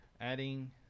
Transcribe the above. adding